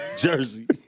Jersey